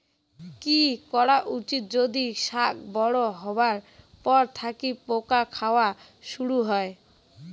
কি করা উচিৎ যদি শাক বড়ো হবার পর থাকি পোকা খাওয়া শুরু হয়?